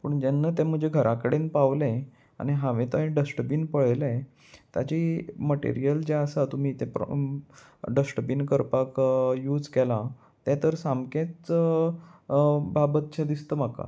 पूण जेन्ना तें म्हजे घराकडेन पावलें आनी हांवें तें डस्टबीन पळयलें ताजी मटेरियल जें आसा तुमी तें प्र डस्टबीन करपाक यूज केलां तें तर सामकेंच बाबतशें दिसता म्हाका